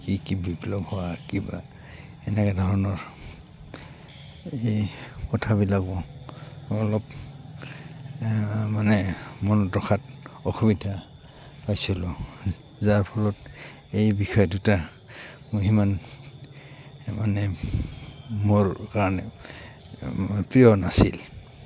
কি কি বিপ্লৱ হোৱা কিবা এনেকে ধৰণৰ এই কথাবিলাকো অলপ মানে মন ৰখাত অসুবিধা পাইছিলোঁ যাৰ ফলত এই বিষয় দুটা মই সিমান মানে মোৰ কাৰণে প্ৰিয় নাছিল